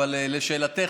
אבל לשאלתך,